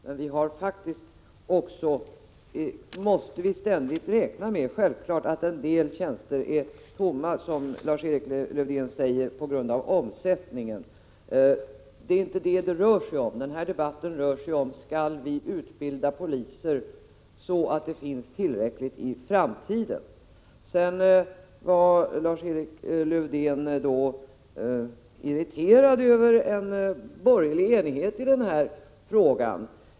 Men vi måste självfallet också ständigt räkna med att en del tjänster är tomma på grund av omsättningen — som Lars-Erik Lövdén säger. Det är inte det frågan gäller. Den här debatten rör sig om huruvida vi skall utbilda poliser så att det finns tillräckligt många i framtiden. Lars-Erik Lövdén var irriterad över den borgerliga enigheten i frågan.